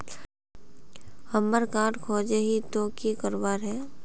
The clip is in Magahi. हमार कार्ड खोजेई तो की करवार है?